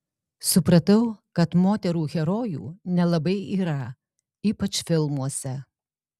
supratau kad moterų herojų nelabai yra ypač filmuose